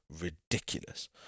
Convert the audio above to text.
ridiculous